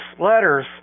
letters